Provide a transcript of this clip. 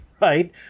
right